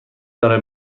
برای